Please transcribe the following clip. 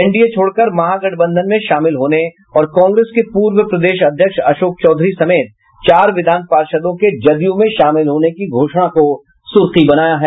NDA छोड़कर महागठबंधन में शामिल होने और कांग्रेस के पूर्व प्रदेश अध्यक्ष अशोक चौधरी समेत चार विधान पार्षदों के जदयू में शामिल होने की घोषणा को सुर्खी बनाया है